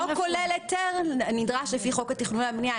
כולל היתר הנדרש לפי חוק התכנון והבנייה.